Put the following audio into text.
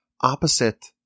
opposite